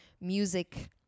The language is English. music